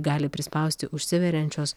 gali prispausti užsiveriančios